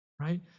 right